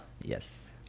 Yes